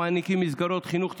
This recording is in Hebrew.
המעניקים מסגרות חינוך,